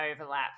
overlap